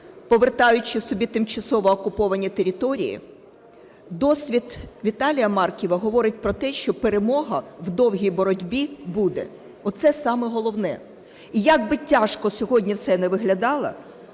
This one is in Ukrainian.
повертаючи собі тимчасово окуповані території, досвід Віталія Марківа говорить про те, що перемога в довгій боротьбі буде. Оце саме головне. І як би тяжко сьогодні все не виглядало,